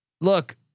Look